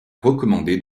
recommandé